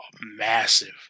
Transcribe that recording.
massive